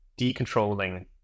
decontrolling